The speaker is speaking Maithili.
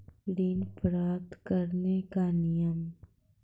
ऋण प्राप्त करने कख नियम?